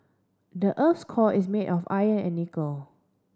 the earth's core is made of iron and nickel